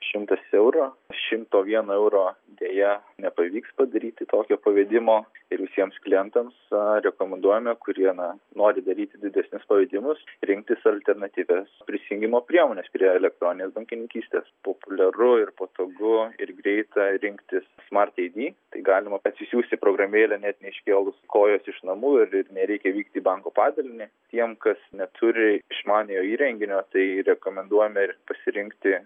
šimtas eurų šimto vieno euro deja nepavyks padaryti tokio pavedimo ir visiems klientams rekomenduojame kuriame nori daryti didesnius pavedimus rinktis alternatyvias prisijungimo priemones prie elektroninės bankininkystės populiaru ir patogu ir greita rinktis smart id tai galima atsisiųsti programėlę net neiškėlus kojos iš namų ir nereikia vykti į banko padalinį tiem kas neturi išmaniojo įrenginio tai rekomenduojame pasirinkti